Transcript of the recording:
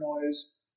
noise